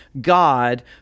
God